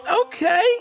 okay